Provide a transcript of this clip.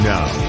Now